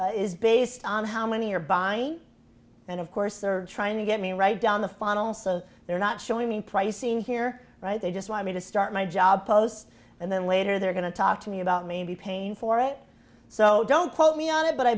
these is based on how many are buying and of course they're trying to get me right down the final so they're not showing me pricing here right they just want me to start my job post and then later they're going to talk to me about maybe paying for it so don't quote me on it but i